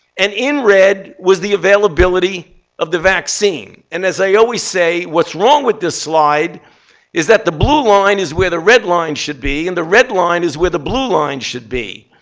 and in red, was the availability of the vaccine. and as i always say, what's wrong with this slide is that the blue line is where the red line should be, and the red line is where the blue line should be.